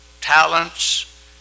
talents